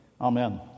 Amen